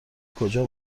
کجا